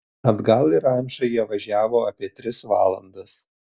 atgal į rančą jie važiavo apie tris valandas